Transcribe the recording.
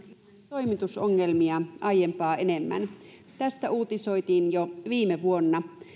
toimitusongelmia aiempaa enemmän tästä uutisoitiin jo viime vuonna